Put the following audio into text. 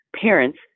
parents